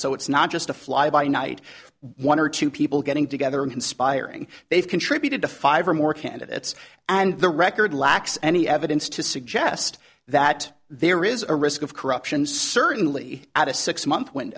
so it's not just a fly by night one or two people getting together and inspiring they've contributed to five or more candidates and the record lacks any evidence to suggest that there is a risk of corruption certainly at a six month w